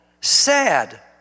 sad